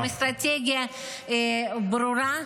-- עם אסטרטגיה ברורה,